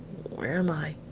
where am i?